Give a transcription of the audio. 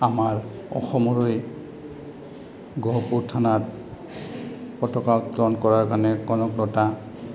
আমাৰ অসমৰে গহপুৰ থানাত পতাকা উত্তোলন কৰাৰ কাৰণে কনকলতা